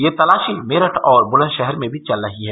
ये तलाशी मेरठ और बुलंदशहर में भी चल रही है